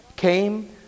came